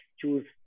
choose